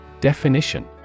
Definition